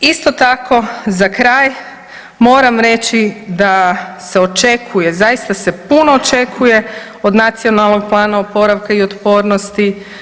Isto tako, za kraj moram reći da se očekuje, zaista se puno očekuje od Nacionalnog plana oporavka i otpornosti.